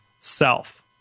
self